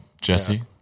Jesse